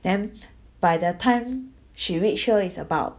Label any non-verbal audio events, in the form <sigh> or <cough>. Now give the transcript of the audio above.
then <breath> by the time she reach home is about